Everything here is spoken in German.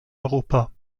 europa